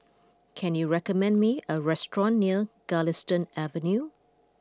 can you recommend me a restaurant near Galistan Avenue